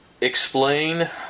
explain